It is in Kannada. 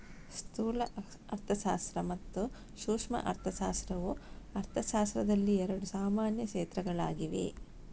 ಸ್ಥೂಲ ಅರ್ಥಶಾಸ್ತ್ರ ಮತ್ತು ಸೂಕ್ಷ್ಮ ಅರ್ಥಶಾಸ್ತ್ರವು ಅರ್ಥಶಾಸ್ತ್ರದಲ್ಲಿ ಎರಡು ಸಾಮಾನ್ಯ ಕ್ಷೇತ್ರಗಳಾಗಿವೆ